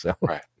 Right